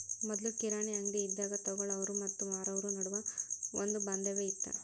ಮೊದ್ಲು ಕಿರಾಣಿ ಅಂಗ್ಡಿ ಇದ್ದಾಗ ತೊಗೊಳಾವ್ರು ಮತ್ತ ಮಾರಾವ್ರು ನಡುವ ಒಂದ ಬಾಂಧವ್ಯ ಇತ್ತ